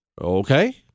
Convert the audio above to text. Okay